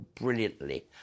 brilliantly